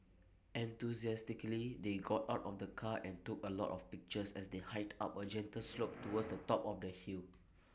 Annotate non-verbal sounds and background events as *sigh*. enthusiastically they got out of the car and took A lot of pictures as they hiked up A gentle slope *noise* towards the top of the hill